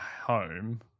home